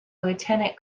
lieutenant